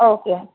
okay